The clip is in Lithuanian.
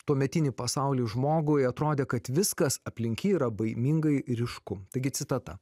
tuometinį pasaulį žmogui atrodė kad viskas aplink jį yra baimingai ryšku taigi citata